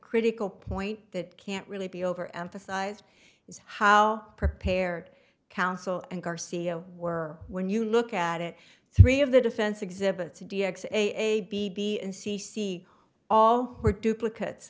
critical point that can't really be over emphasized is how prepared counsel and garcia were when you look at it three of the defense exhibits a d x a b b and c c all were duplicate